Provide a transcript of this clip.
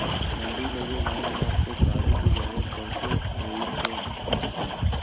मंडी लेगे लाने बर तो गाड़ी के जरुरत पड़ते रहिस हे